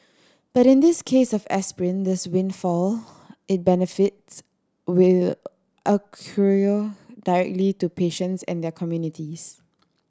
but in this case of aspirin this windfall in benefits will accrue directly to patients and their communities